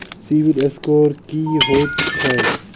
CIBIL score की होइत छैक?